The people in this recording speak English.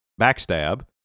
backstab